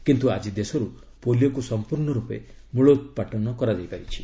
କିନ୍ତୁ ଆଜି ଦେଶରୁ ପୋଲିଓକୁ ସମ୍ପର୍ଷ ରୂପେ ମ୍ବଳୋପାଟନ କରାଯାଇପାରିଛି